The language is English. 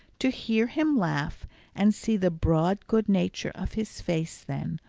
to hear him laugh and see the broad good nature of his face then,